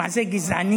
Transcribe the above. הוא מעשה גזעני.